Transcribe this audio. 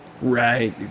Right